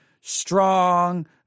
strong